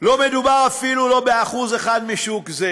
לא מדובר אפילו ב-1% מהשוק הזה